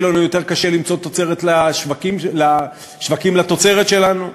לנו יותר קשה למצוא שווקים לתוצרת שלנו,